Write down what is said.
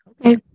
okay